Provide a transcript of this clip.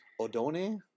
Odone